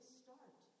start